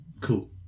Cool